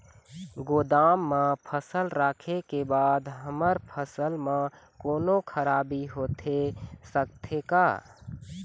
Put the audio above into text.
गोदाम मा फसल रखें के बाद हमर फसल मा कोन्हों खराबी होथे सकथे का?